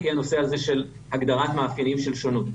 הנושא של הגדרת מאפיינים של שונות.